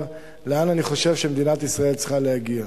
לאן אני חושב שמדינת ישראל צריכה להגיע.